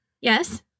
Yes